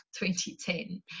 2010